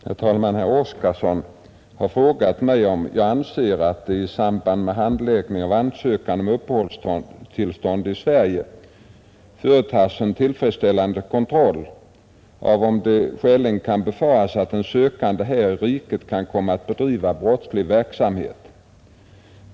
Herr talman! Herr Oskarson har frågat mig om jag anser, att det i samband med handläggning av ansökan om uppehållstillstånd i Sverige företas en tillfredsställande kontroll av om det skäligen kan befaras att den sökande här i riket kan komma att bedriva brottslig verksamhet.